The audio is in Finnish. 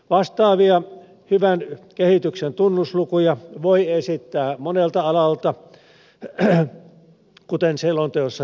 vastaavia hyvän kehityksen tunnuslukuja voi esittää monelta alalta kuten selonteossa tehdään